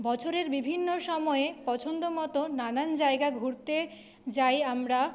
বছরের বিভিন্ন সময়ে পছন্দ মতো নানান জায়গা ঘুরতে যাই আমরা